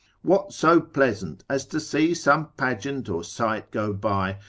what so pleasant as to see some pageant or sight go by,